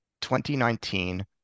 2019